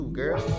girl